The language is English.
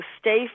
stay